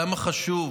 כמה חשוב